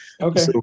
Okay